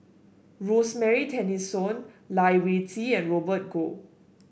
Rosemary Tessensohn Lai Weijie and Robert Goh